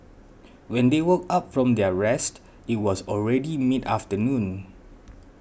when they woke up from their rest it was already mid afternoon